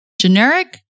generic